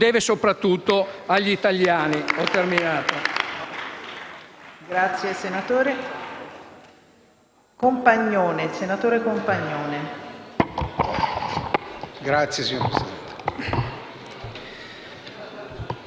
deve soprattutto agli italiani.